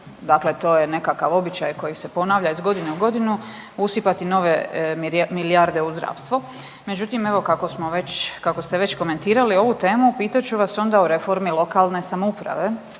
dakle to je nekakav običaj koji se ponavlja iz godine u godinu usipati nove milijarde u zdravstvo. Međutim, evo kako smo već, kako ste već komentirali ovu temu pitat ću vas onda o reformi lokalne samouprave.